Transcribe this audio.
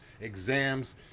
exams